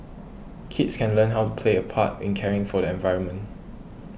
kids can learn how to play a part in caring for the environment